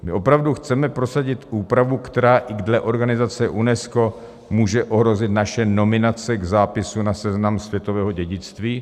My opravdu chceme prosadit úpravu, která i dle organizace UNESCO může ohrozit naše nominace k zápisu na Seznam světového dědictví?